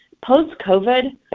post-COVID